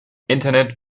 internet